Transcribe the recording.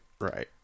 Right